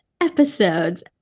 episodes